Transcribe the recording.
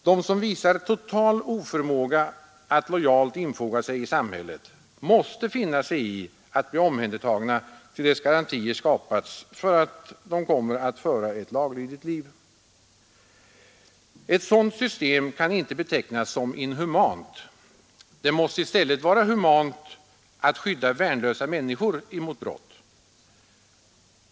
De som visar total oförmåga att lojalt infoga sig i samhället måste finna sig i att bli omhändertagna till dess garantier skapas för att de kommer att föra ett laglydigt liv. Ett sådant system kan inte betecknas som inhumant. Det måste i stället vara humant att skydda värnlösa människor mot brott.